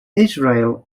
israel